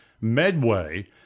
medway